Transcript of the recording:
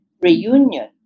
reunion